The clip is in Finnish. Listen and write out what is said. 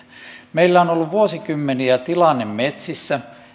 meillä on ollut vuosikymmeniä tilanne metsissä